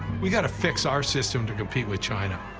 we've got to fix our system to compete with china.